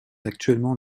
actuellement